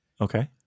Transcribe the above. Okay